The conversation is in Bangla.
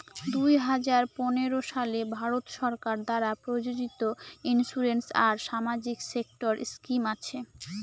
দুই হাজার পনেরো সালে ভারত সরকার দ্বারা প্রযোজিত ইন্সুরেন্স আর সামাজিক সেক্টর স্কিম আছে